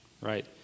right